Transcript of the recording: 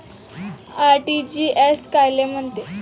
RTGS कायले म्हनते?